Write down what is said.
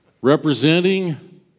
Representing